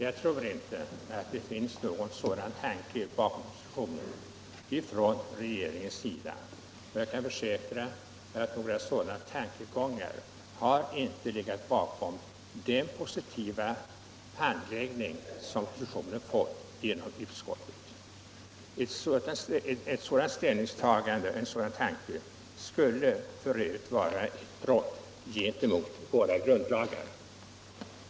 Jag tror inte att det från regeringens sida finns någon sådan tanke bakom propositionen, och jag kan försäkra att några sådana tankegångar inte har förefunnits vid den positiva handläggning som propositionen fått i utskottet. En dylik tanke skulle f. ö. vara ett brott gentemot våra grundlagar.